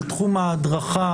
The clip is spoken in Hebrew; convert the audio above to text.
על תחום ההדרכה,